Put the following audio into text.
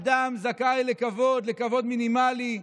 אדם זכאי לכבוד, לכבוד מינימלי.